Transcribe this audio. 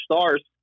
stars